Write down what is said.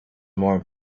more